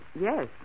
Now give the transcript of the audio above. yes